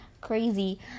crazy